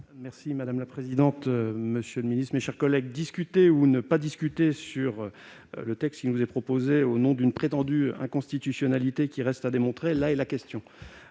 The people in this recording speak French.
vote. Madame la présidente, monsieur le ministre, mes chers collègues, discuter ou ne pas discuter sur le texte qui nous est proposé au nom d'une prétendue inconstitutionnalité qui reste à démontrer est la question